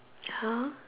ya